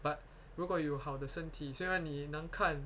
but 如果有好的身体虽然你难看